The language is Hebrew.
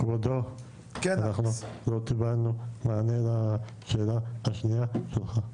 כבודו, אנחנו לא קיבלנו מענה לשאלה השנייה שלך,